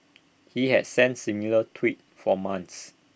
he had sent similar tweets for months